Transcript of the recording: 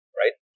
right